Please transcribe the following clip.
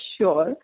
sure